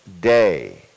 day